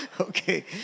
Okay